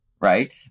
Right